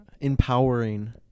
Empowering